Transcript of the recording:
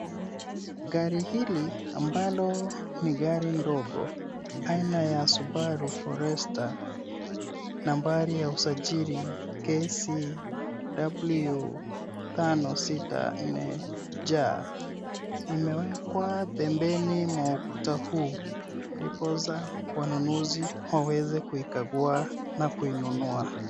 Gari hili ambalo ni gari ndogo aina ya Subaru Forester nambari ya usajili KCW 564J imewekwa pembeni mwa ukuta huu ndiposa wanunuzi waweze kuikagua na kuinunua.